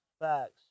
Facts